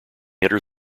enter